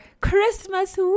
Christmas